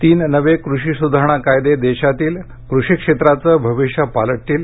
तीन नवे कृषी सुधारणा कायदे देशातील कृषी क्षेत्राचं भविष्य पालटतील